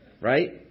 Right